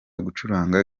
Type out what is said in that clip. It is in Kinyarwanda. gucuranga